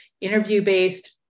interview-based